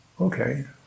Okay